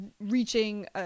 reaching